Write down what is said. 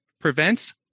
prevents